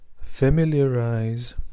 Familiarize